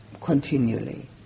continually